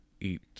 eat